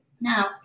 Now